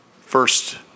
first